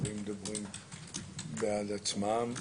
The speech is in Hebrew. הדברים מדברים בעד עצמם.